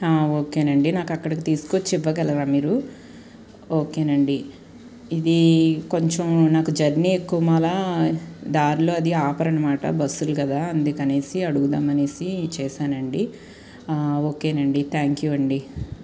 okay నండి నాకు అక్కడికి తీసుకు వచ్చి ఇవ్వగలరా మీరు ఓకే నండి ఇది కొంచెం నాకు జర్నీ ఎక్కువ మాలా దారిలో అది ఆపరు అనమాట బస్సులు కదా అందుకనేసి అడగదామనేసి చేశానండి ఓకే నండి థ్యాంక్ యూ అండి